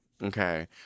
Okay